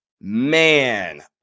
Man